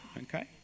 Okay